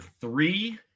three